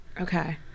Okay